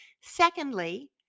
Secondly